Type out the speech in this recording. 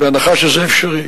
בהנחה שזה אפשרי,